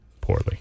poorly